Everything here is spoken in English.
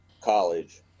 college